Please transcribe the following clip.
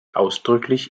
ausdrücklich